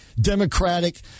democratic